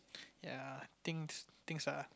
ya things things are